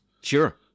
sure